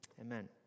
Amen